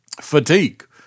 Fatigue